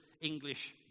English